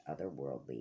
otherworldly